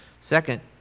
Second